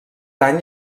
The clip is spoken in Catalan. any